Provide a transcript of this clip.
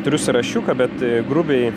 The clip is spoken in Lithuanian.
turiu sąrašiuką bet grubiai